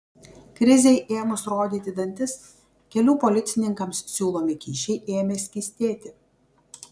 krizei ėmus rodyti dantis kelių policininkams siūlomi kyšiai ėmė skystėti